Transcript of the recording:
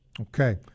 Okay